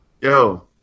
Yo